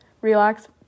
relax